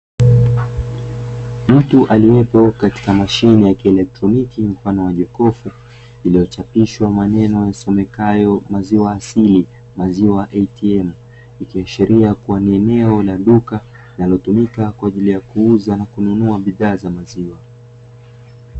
Mtu aliyepo katika mashine ya kielektroniki mfano wa jokofu, limechapishwa maneno yasomekayo maziwa asili, maziwa ATM. Likiashiria kuwa ni eneo la duka, linalotumika kwa ajili ya kuuza, kununua bidhaa za maziwa.